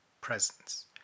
presence